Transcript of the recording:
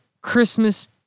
Christmas